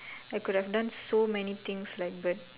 I could have done so many things like but